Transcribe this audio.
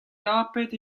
tapet